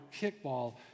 kickball